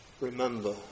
remember